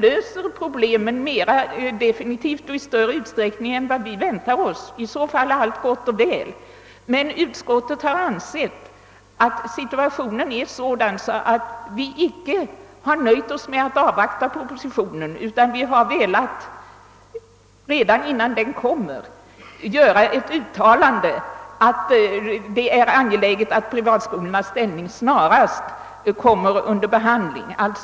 löser den problemen mera definitivt och i större utsträckning än vad vi räknar med, och i så fall är allt gott och väl. Utskottsmajoriteten har emellertid ansett situationen vara sådan att vi icke har kunnat nöja oss med att avvakta propositionen utan redan innan den läggs fram har velat göra ett uttalande om att det är angeläget att frågan om privatskolornas ställning snarast kommer under behandling.